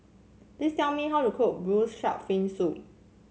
please tell me how to cook blue shark fin soup